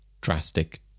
drastic